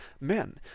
men